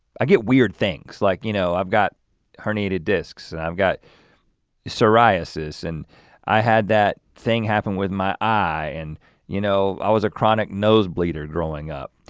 i get weird things, like you know i've got herniated disks, and i've got psoriasis, and i had that thing happen with my eye, and you know, i was a chronic nose bleeder growing up,